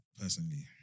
personally